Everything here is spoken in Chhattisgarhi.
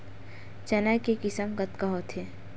चना के किसम कतका होथे?